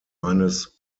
eines